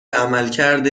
عملکرد